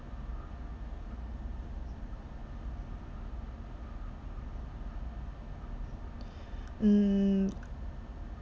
mm